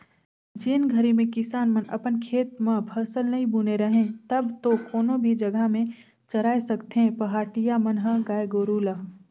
जेन घरी में किसान मन अपन खेत म फसल नइ बुने रहें तब तो कोनो भी जघा में चराय सकथें पहाटिया मन ह गाय गोरु ल